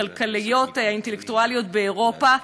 הכלכליות והאינטלקטואליות באירופה,